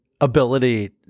ability